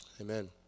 Amen